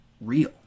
real